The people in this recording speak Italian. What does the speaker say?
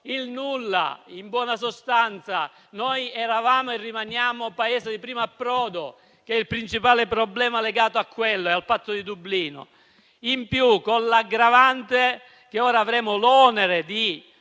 Il nulla. In buona sostanza, noi eravamo e rimaniamo Paese di primo approdo, che è il principale problema legato al Trattato di Dublino. In più, vi è l'aggravante che ora avremo l'onere di